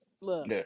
look